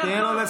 יותר טוב.